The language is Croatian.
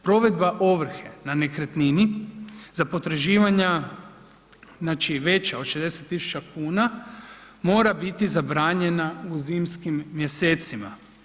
Provedba ovrhe na nekretnina za potraživanja, znači veća od 60 000 kuna, mora biti zabranjena u zimskim mjesecima.